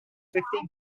fifteen